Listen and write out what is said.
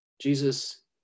Jesus